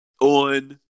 on